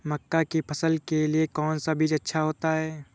मक्का की फसल के लिए कौन सा बीज अच्छा होता है?